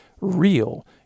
real